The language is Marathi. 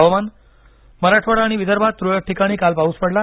हवामान मराठवाडा आणि विदर्भात तुरळक ठिकाणी काल पाऊस पडला